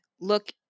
look